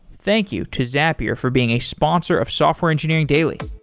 thank you to zapier for being a sponsor of software engineering daily